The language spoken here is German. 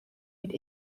mit